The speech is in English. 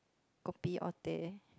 kopi Or teh